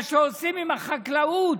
מה שעושים עם החקלאות,